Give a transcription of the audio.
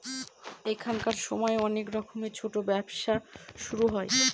এখনকার সময় অনেক রকমের ছোটো ব্যবসা শুরু হয়